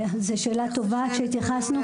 זה שאלה טובה שהתייחסנו.